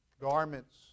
garments